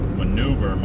maneuver